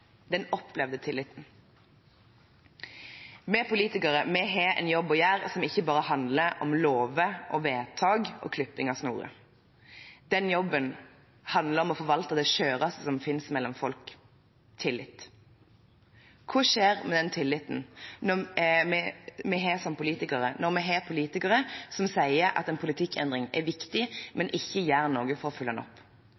den som er reell – den opplevde tilliten. Vi politikere har en jobb å gjøre som ikke bare handler om lover, vedtak og klipping av snorer. Den jobben handler om å forvalte det skjøreste som finnes mellom folk: tillit. Hva skjer med den tilliten vi har som politikere, når vi har politikere som sier at en politikkendring er viktig, men ikke gjør noe for å oppfylle den?